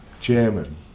Chairman